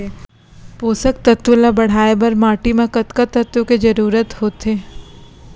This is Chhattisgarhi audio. पोसक तत्व ला बढ़ाये बर माटी म कतका तत्व के जरूरत होथे?